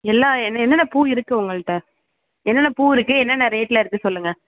எல்லா என்னென்ன பூ இருக்கு உங்கள்கிட்ட என்னென்ன பூ இருக்கு என்னென்ன ரேட்டில் இருக்கு சொல்லுங்கள்